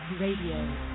Radio